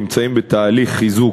או נמצאים בתהליך חיזוק,